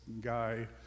guy